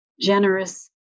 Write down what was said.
generous